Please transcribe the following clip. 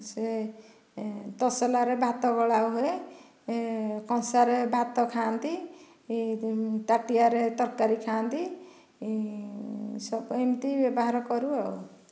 ସେ ତସଲାରେ ଭାତ ଗଳା ହୁଏ ଏ କଂସାରେ ଭାତ ଖାଆନ୍ତି ଏ ତାଟିଆରେ ତରକାରୀ ଖାଆନ୍ତି ଏହିସବୁ ଏମିତି ବ୍ୟବହାର କରୁ ଆଉ